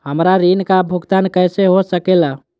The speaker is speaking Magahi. हमरा ऋण का भुगतान कैसे हो सके ला?